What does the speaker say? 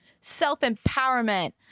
self-empowerment